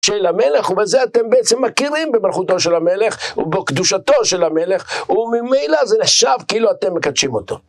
של המלך, ובזה אתם בעצם מכירים במלכותו של המלך, ובקדושתו של המלך, וממילא זה נחשב כאילו אתם מקדשים אותו.